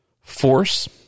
force